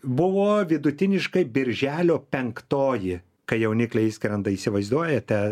buvo vidutiniškai birželio penktoji kai jaunikliai išskrenda įsivaizduojate